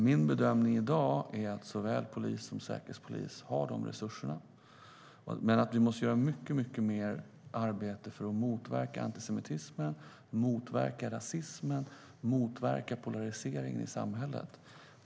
Min bedömning i dag är att såväl polis som säkerhetspolis har de resurserna men att vi måste göra mycket mer arbete för att motverka antisemitismen, rasismen och polariseringen i samhället.